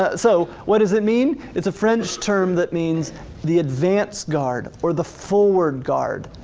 ah so what does it mean? it's a french term that means the advance guard, or the forward guard.